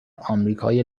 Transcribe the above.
آمریکای